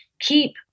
keep